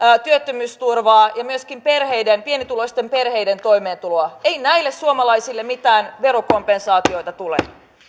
työttömyysturvaa ja myöskin pienituloisten perheiden toimeentuloa ei näille suomalaisille mitään verokompensaatioita tule